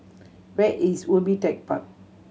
where is Ubi Tech Park